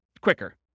quicker